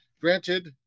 granted